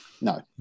no